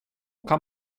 kan